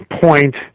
point